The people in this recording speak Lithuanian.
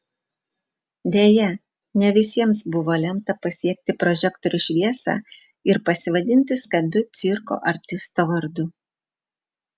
deja ne visiems buvo lemta pasiekti prožektorių šviesą ir pasivadinti skambiu cirko artisto vardu